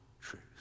truth